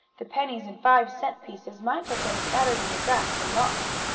the pennies and five cent pieces might have been scattered in the grass and lost.